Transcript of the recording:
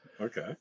Okay